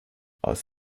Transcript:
aus